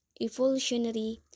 Evolutionary